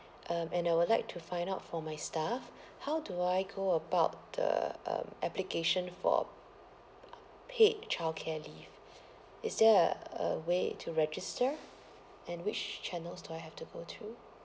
um and I would like to find out for my staff how do I go about the um application for paid childcare leave is there a a way to register and which channels do I have to go to